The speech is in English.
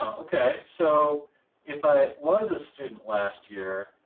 ah okay, so if i was a student last year,